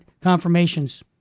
confirmations